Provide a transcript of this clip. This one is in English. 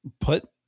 put